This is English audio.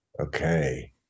Okay